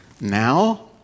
now